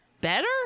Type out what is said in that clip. Better